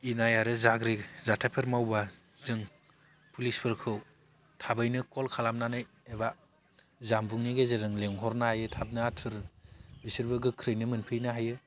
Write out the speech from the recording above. इनाय आरो घाज्रि जाथाइफोर मावबा जों पुलिसफोरखौ थाबैनो कल खालामनानै एबा जानबुंनि गेजेरजों लिंहरनो हायो थाबनो आथुर बिसोरबो गोख्रैनो मोनफैनो हायो